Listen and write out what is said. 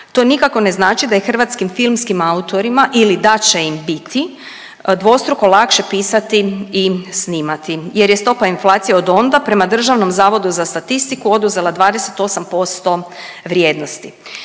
to nikako ne znači da je hrvatskim filmskim autorima ili da će im biti dvostruko lakše pisati i snimati jer je stopa inflacije od onda prema Državnom zavodu za statistiku oduzela 28% vrijednosti.